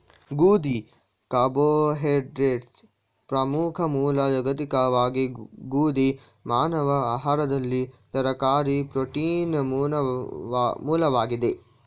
ಗೋಧಿ ಕಾರ್ಬೋಹೈಡ್ರೇಟ್ನ ಪ್ರಮುಖ ಮೂಲ ಜಾಗತಿಕವಾಗಿ ಗೋಧಿ ಮಾನವ ಆಹಾರದಲ್ಲಿ ತರಕಾರಿ ಪ್ರೋಟೀನ್ನ ಮೂಲವಾಗಿದೆ